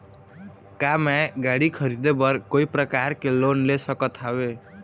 का मैं गाड़ी खरीदे बर कोई प्रकार के लोन ले सकत हावे?